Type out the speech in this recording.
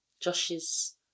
josh's